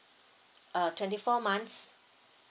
uh twenty four months